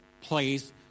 place